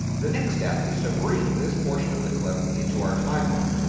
the next step is to bring this portion of the clip into our timeline,